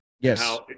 Yes